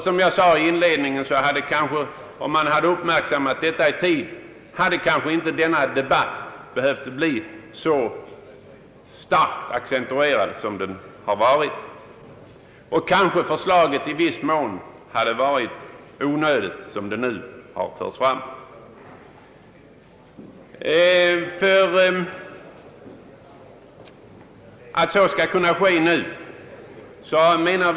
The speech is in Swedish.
Som jag inledningsvis framhöll hade debatten, om man uppmärksammat detta i tid, inte behövt bli så starkt accentuerad och intensiv som den har varit. Kanske hade förslaget som det nu förs fram i viss mån varit onödigt.